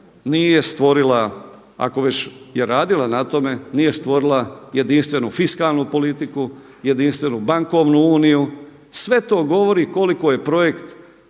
nije stvorila ako već je radila na tome, nije stvorila jedinstvenu fiskalnu politiku, jedinstvenu bankovnu uniju. Sve to govori koliko je projekt